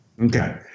Okay